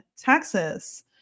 Texas